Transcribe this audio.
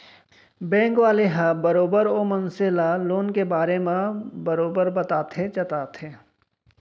bank वाले ह बरोबर ओ मनसे ल लोन के बारे म बरोबर बताथे चेताथे